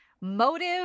motive